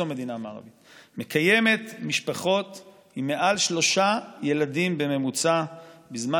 מקיימת משפחות ובהן מעל שלושה ילדים בממוצע בזמן